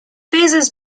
vases